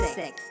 SIX